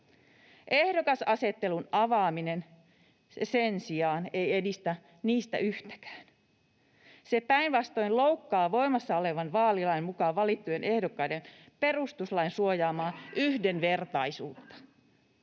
Ehdokasasettelun avaaminen sen sijaan ei edistä niistä yhtäkään. Se päinvastoin loukkaa voimassa olevan vaalilain mukaan valittujen ehdokkaiden perustuslain suojaamaa yhdenvertaisuutta.